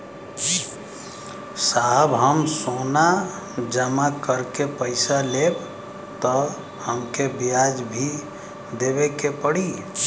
साहब हम सोना जमा करके पैसा लेब त हमके ब्याज भी देवे के पड़ी?